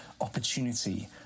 opportunity